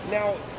Now